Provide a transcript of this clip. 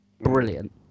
brilliant